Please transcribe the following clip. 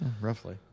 roughly